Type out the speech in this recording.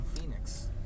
Phoenix